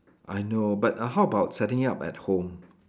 I know but how about setting up at home